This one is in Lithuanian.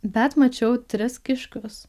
bet mačiau tris kiškius